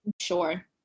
Sure